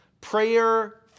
prayer